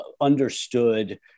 understood